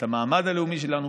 את המעמד הלאומי שלנו,